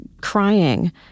crying